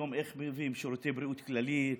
איך היום מביאים שירותי בריאות כללית,